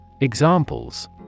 Examples